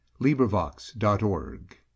LibriVox.org